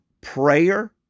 prayer